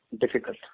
difficult